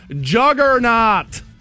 juggernaut